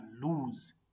lose